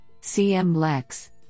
cm-lex